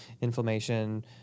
inflammation